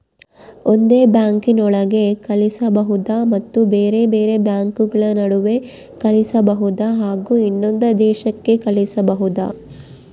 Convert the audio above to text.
ಒಂದೇ ಬ್ಯಾಂಕಿನೊಳಗೆ ಕಳಿಸಬಹುದಾ ಮತ್ತು ಬೇರೆ ಬೇರೆ ಬ್ಯಾಂಕುಗಳ ನಡುವೆ ಕಳಿಸಬಹುದಾ ಹಾಗೂ ಇನ್ನೊಂದು ದೇಶಕ್ಕೆ ಕಳಿಸಬಹುದಾ?